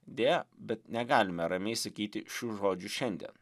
deja bet negalime ramiai sakyti šių žodžių šiandien